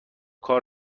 کار